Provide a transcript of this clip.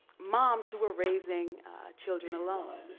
moms who were raising children alone.